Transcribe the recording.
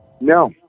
No